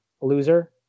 loser